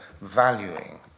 valuing